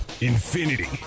Infinity